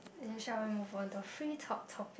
and then shall we move on to free talk talk